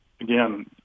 again